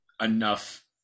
enough